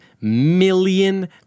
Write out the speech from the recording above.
million